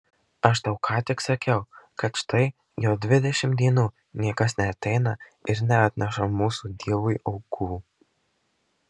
aš tau ką tik sakiau kad štai jau dvidešimt dienų niekas neateina ir neatneša mūsų dievui aukų